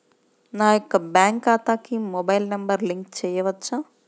నా యొక్క బ్యాంక్ ఖాతాకి మొబైల్ నంబర్ లింక్ చేయవచ్చా?